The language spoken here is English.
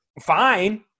fine